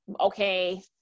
okay